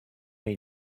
may